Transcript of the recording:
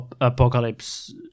Apocalypse